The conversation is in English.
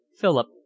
Philip